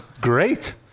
Great